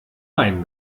wein